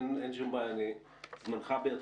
אין שום בעיה, זמנך בידך.